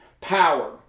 power